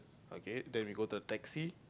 okay then we go to the taxi